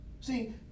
See